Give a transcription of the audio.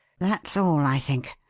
that's all, i think.